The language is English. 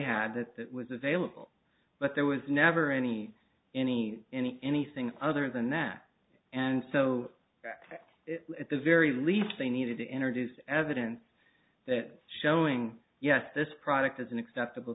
had that that was available but there was never any any any anything other than that and so at the very least they needed to introduce evidence that showing yes this product is an acceptable